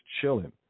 chilling